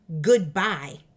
goodbye